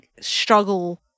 struggle